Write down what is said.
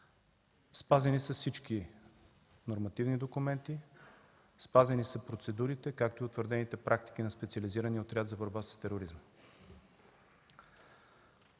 Спазени са всички нормативни документи, спазени са процедурите, както и утвърдените практики на Специализирания отряд за борба с тероризма.